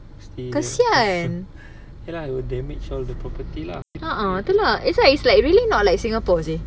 you stay there ya lah will damage all the property lah